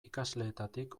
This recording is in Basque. ikasleetatik